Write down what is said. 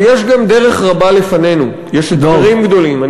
אבל יש גם דרך רבה בפנינו, יש אתגרים גדולים.